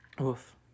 Oof